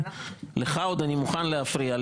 לך עוד אני מוכן להפריע,